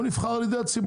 הוא נבחר על ידי הציבור.